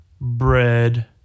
bread